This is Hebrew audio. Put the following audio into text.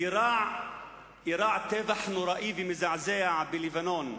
אירע טבח נורא ומזעזע בלבנון,